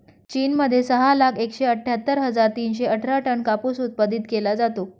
चीन मध्ये सहा लाख एकशे अठ्ठ्यातर हजार तीनशे अठरा टन कापूस उत्पादित केला जातो